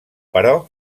però